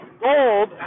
Gold